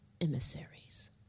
emissaries